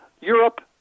Europe